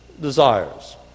desires